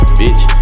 bitch